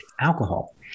alcohol